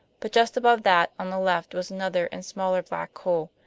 but just above that on the left was another and smaller black hole,